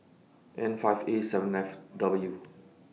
N five A seven F W